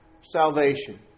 salvation